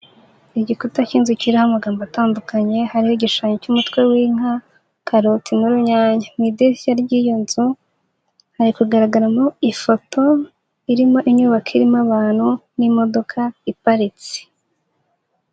Igikuta cy'inzu kiriho amagambo atandukanye hariho igishushanyo cy'umutwe w'inka, karoti n'urunyanya, mu idirishya ry'iyo nzu hari kugaragaramo ifoto irimo inyubako irimo abantu n'imodoka iparitse.